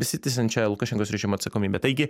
besitęsiančią lukašenkos režimo atsakomybę taigi